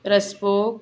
रसभोग